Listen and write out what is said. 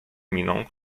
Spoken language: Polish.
miną